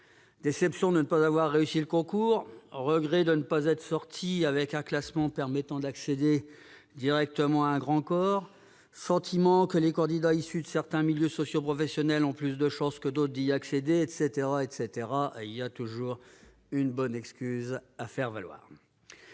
déception de ne pas avoir réussi le concours, regret de ne pas être sorti avec un classement permettant d'accéder directement à un grand corps, sentiment que les candidats issus de certains milieux socioprofessionnels ont plus de chances que d'autres d'y accéder, etc. Il y a toujours une bonne excuse à faire valoir.